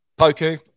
Poku